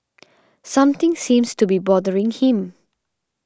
something seems to be bothering him